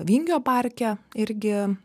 vingio parke irgi